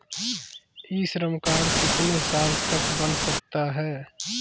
ई Shram card कितने साल तक बन सकता है?